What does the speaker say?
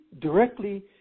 directly